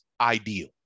ideal